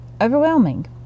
overwhelming